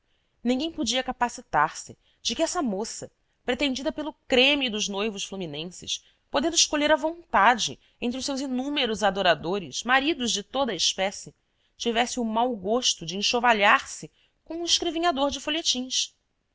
ninguém podia capacitar se de que essa moça pretendida pelo creme dos noivos fluminenses podendo escolher à vontade entre os seus inúmeros adoradores maridos de toda a espécie tivesse o mau gosto de enxovalhar se com um escrevinhador de folhetins